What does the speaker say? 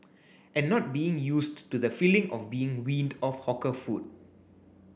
and not being used to the feeling of being weaned off hawker food